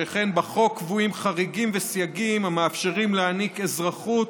שכן בחוק קבועים חריגים וסייגים המאפשרים להעניק אזרחות,